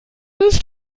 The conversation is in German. ist